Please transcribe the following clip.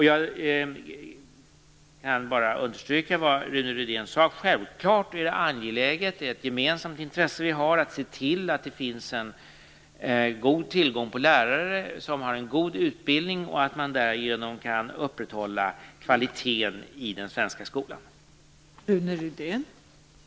Jag kan bara understryka vad Rune Rydén sade: Självklart är det angeläget - det är ett gemensamt intresse som vi har - att se till att det finns en god tillgång på lärare med en bra utbildning och att därigenom kvaliteten i den svenska skolan kan upprätthållas.